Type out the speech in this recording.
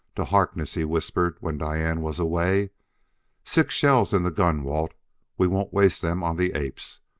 to harkness he whispered when diane was away six shells in the gun, walt we won't waste them on the apes.